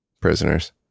prisoners